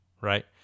right